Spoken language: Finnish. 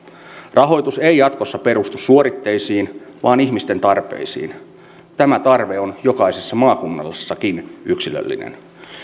rahoitus ei jatkossa perustu suoritteisiin vaan ihmisten tarpeisiin tämä tarve on jokaisessa maakunnassakin yksilöllinen